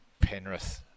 Penrith